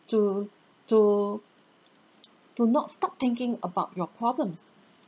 to to to not stop thinking about your problems